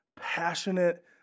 passionate